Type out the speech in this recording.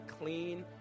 clean